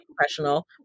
professional